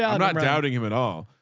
yeah not doubting him at all.